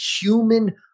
human